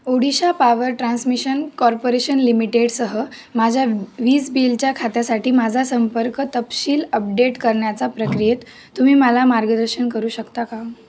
Odisha power transmission corporation लिमिटेडसह माझ्या वीज बिलच्या खात्यासाठी माझा संपर्क तपशील अपडेट करण्याचा प्रक्रियेत तुम्ही मला मार्गदर्शन करू शकता का